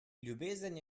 ljubezen